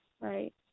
right